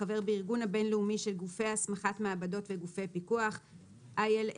החבר בארגון הבין לאומי של גופי הסמכת מעבדות וגופי פיקוח (ILAC),